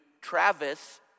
Travis